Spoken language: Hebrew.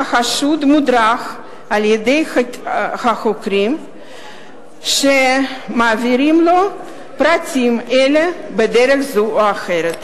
החשוד מודרך על-ידי החוקרים שמעבירים לו פרטים אלה בדרך זו או אחרת.